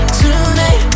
tonight